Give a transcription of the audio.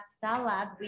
salad